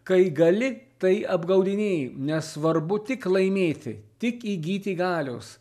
kai gali tai apgaudinėji nes svarbu tik laimėti tik įgyti galios